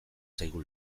zaigu